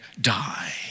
die